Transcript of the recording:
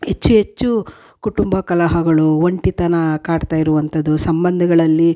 ಹೆಚ್ಚು ಹೆಚ್ಚು ಕುಟುಂಬ ಕಲಹಗಳು ಒಂಟಿತನ ಕಾಡ್ತಾ ಇರುವಂಥದ್ದು ಸಂಬಂಧಗಳಲ್ಲಿ